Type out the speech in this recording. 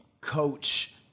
coach